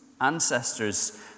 ancestors